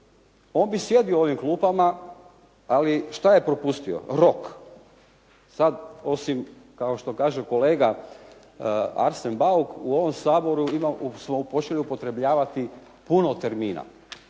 On bi sjedio u ovim klupama, ali šta je propustio. Rok. Sad osim kao što kaže kolega Arsen Bauk u ovom Saboru smo počeli upotrebljavati puno termina